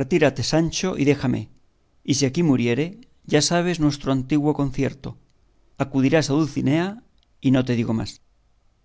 retírate sancho y déjame y si aquí muriere ya sabes nuestro antiguo concierto acudirás a dulcinea y no te digo más